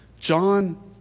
John